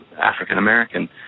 African-American